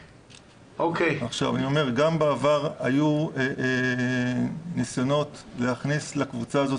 גם בעבר היו ניסיונות להכניס לפרצה הזאת